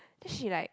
then she like